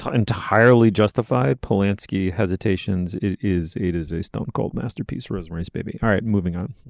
ah entirely justified polanski hesitations. it is it is a stone cold masterpiece rosemary's baby. all right moving on